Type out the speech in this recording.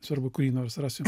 svarbu kurį nors rasiu